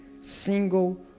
single